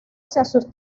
sus